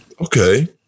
Okay